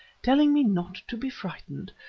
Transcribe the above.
telling me not to be frightened,